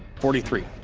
forty three.